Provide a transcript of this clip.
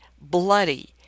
bloody